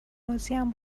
راضیم